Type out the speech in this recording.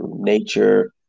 nature